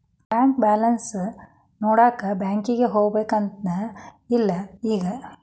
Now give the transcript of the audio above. bank balance ನೋಡಾಕ ಬ್ಯಾಂಕಿಗೆ ಹೋಗ್ಬೇಕಂತೆನ್ ಇಲ್ಲ ಈಗ